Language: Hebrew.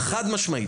חד-משמעית.